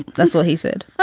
that's what he said